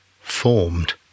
formed